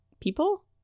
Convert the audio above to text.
people